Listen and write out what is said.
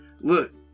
Look